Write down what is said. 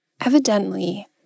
Evidently